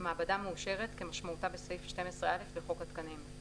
"מעבדה מאושרת" - כמשמעותה בסעיף 12(א) לחוק התקנים,